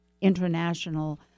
international